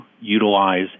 utilize